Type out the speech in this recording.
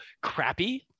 crappy